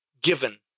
given